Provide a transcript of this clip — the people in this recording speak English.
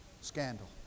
scandal